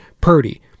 Purdy